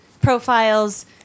profiles